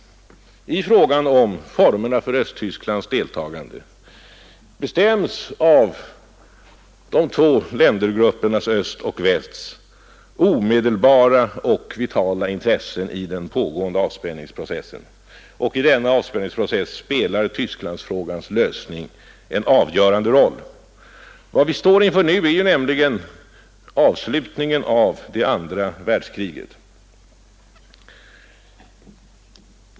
I fråga om formerna för Östtysklands deltagande bestämmes hållningen på båda sidor av de två ländergruppernas — östs och västs — omedelbara och vitala intressen i den pågående avspänningsprocessen, och i denna avspänningsprocess spelar Tysklandsfrågans lösning en avgörande roll. Vad vi nu står inför är nämligen avslutningen av det andra världskriget.